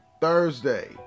Thursday